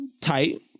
tight